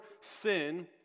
sin